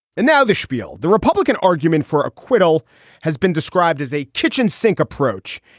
and now the schpiel, the republican argument for acquittal has been described as a kitchen sink approach,